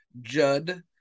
judd